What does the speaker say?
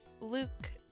Luke